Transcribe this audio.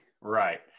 Right